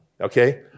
okay